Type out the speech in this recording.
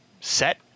Set